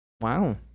Wow